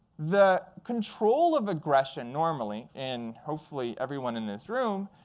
the control of aggression, normally in hopefully everyone in this room,